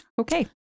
Okay